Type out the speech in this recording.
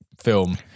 film